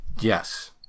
Yes